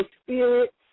spirit